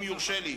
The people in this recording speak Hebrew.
משפט אחרון.